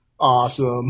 Awesome